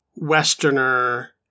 westerner